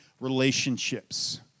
relationships